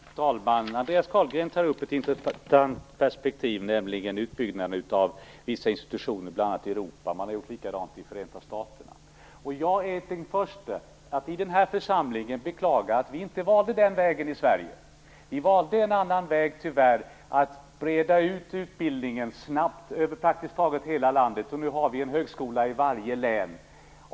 Herr talman! Andreas Carlgren tar upp ett intressant perspektiv, nämligen utbyggnaden av vissa institutioner bl.a. i Europa. Man har gjort på samma sätt i Förenta staterna. Jag är den förste att i denna församling beklaga att vi inte valde den vägen i Sverige. Vi valde tyvärr en annan väg, att breda ut utbildningen snabbt över praktiskt taget hela landet, och nu har vi en högskola i varje län.